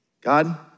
God